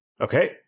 Okay